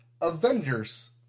Avengers